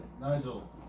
Nigel